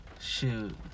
Shoot